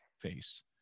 face